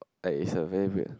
like is a very weird